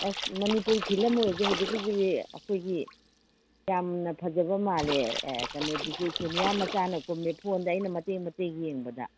ꯑꯁ ꯃꯅꯤꯄꯨꯔ ꯐꯤꯂꯝ ꯑꯣꯏꯔꯁꯨ ꯍꯧꯖꯤꯛꯀꯤꯗꯨꯗꯤ ꯑꯩꯈꯣꯏꯒꯤ ꯌꯥꯝꯅ ꯐꯖꯕ ꯃꯥꯜꯂꯦ ꯀꯩꯅꯣꯗꯨꯁꯨ ꯁꯣꯅꯤꯌꯥ ꯃꯆꯥꯅ ꯀꯨꯝꯃꯦ ꯐꯣꯟꯗ ꯑꯩꯅ ꯃꯇꯦꯛ ꯃꯇꯦꯛ ꯌꯦꯡꯕꯗ